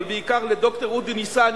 אבל בעיקר לד"ר אודי ניסן,